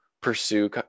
pursue